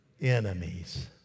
enemies